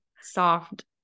soft